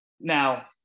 now